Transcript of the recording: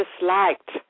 disliked